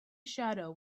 shadow